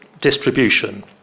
distribution